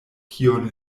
kion